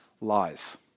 lies